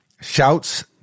Shouts